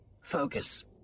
focus